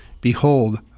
Behold